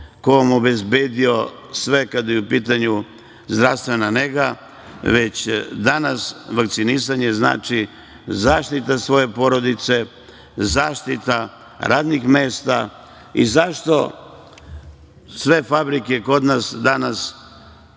ko vam je obezbedio sve kada je u pitanju zdravstvena nega, već danas vakcinisanje znači zaštitu svoje porodice, zaštitu radnih mesta. Zašto sve fabrike kod nas danas